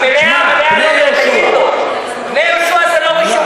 "פני יהושע" זה לא הראשונים.